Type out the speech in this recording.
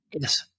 Yes